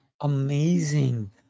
amazing